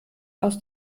aus